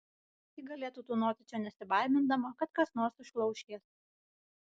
ji galėtų tūnoti čia nesibaimindama kad kas nors išlauš jas